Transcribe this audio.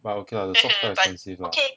but okay lah the socks not expensive lah